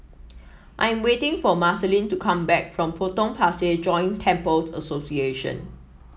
I'm waiting for Marceline to come back from Potong Pasir Joint Temples Association